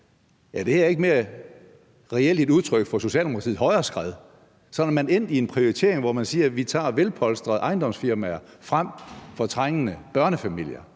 det her ikke reelt mere et udtryk for Socialdemokratiets højreskred, hvor man er endt i en prioritering, hvor man siger: Vi tager velpolstrede ejendomsfirmaer frem for trængende børnefamilier?